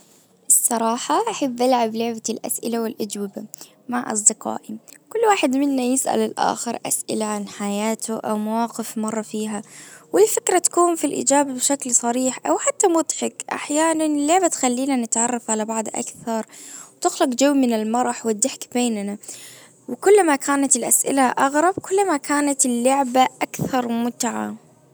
الصراحة احب العب لعبة الاسئلة والاجوبة. مع اصدقائي. كل واحد منا يسأل الاخر اسئلة عن حياته او مواقف مرةفيها. والفكرة تكون في الاجابة بشكل صريح او حتى مضحك. احيانا لعبه بتخلينا نتعرف على بعض اكثر? تخلق جو من المرح والضحك بيننا وكل ما كانت الاسئلة اغرب كل ما كانت اللعبة اكثر متعة